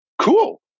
cool